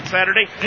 Saturday